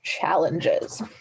challenges